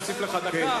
נוסיף לך דקה.